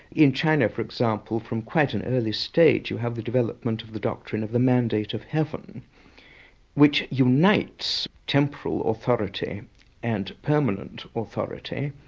in china for example, from quite an early stage, you have the development of the doctrine of the mandate of heaven which unites, temporal authority and permanent authority.